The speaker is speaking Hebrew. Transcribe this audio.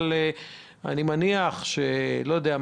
אבל אני מניח שהיו בה